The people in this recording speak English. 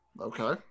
Okay